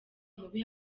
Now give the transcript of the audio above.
mubi